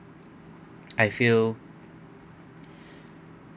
I feel